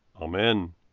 AMEN